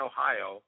Ohio